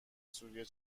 سوری